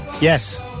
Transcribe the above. yes